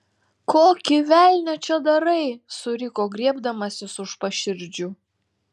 kokį velnią čia darai suriko griebdamasis už paširdžių